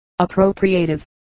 appropriative